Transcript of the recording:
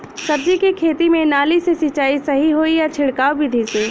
सब्जी के खेती में नाली से सिचाई सही होई या छिड़काव बिधि से?